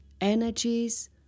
energies